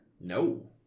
No